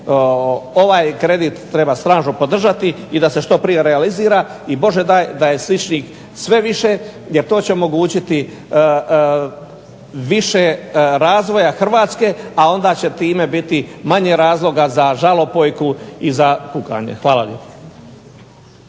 Ovaj kredit treba snažno podržati i da se što prije realizira i Bože daj da je sličnih sve više jer to će omogućiti više razvoja Hrvatske, a onda će time biti manje razloga za žalopojku i za kukanje. Hvala lijepo.